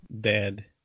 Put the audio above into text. dead